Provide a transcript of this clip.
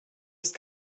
ist